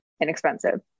inexpensive